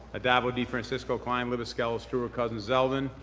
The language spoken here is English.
addabbo, defrancisco, klein, libous, skelos, stewart-cousins, zeldin.